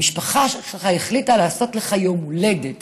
המשפחה שלך החליטה לעשות לך יום הולדת